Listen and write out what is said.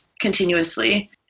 continuously